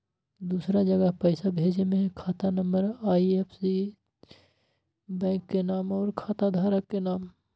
दूसरा जगह पईसा भेजे में खाता नं, आई.एफ.एस.सी, बैंक के नाम, और खाता धारक के नाम?